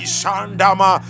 Shandama